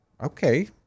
okay